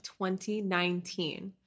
2019